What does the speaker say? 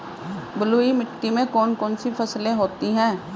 बलुई मिट्टी में कौन कौन सी फसलें होती हैं?